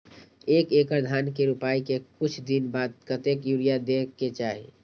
एक एकड़ धान के रोपाई के कुछ दिन बाद कतेक यूरिया दे के चाही?